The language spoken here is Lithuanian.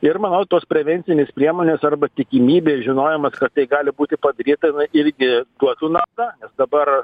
ir manau tos prevencinės priemonės arba tikimybė žinojimas kad tai gali būti padaryta jinai irgi duotų naudą nes dabar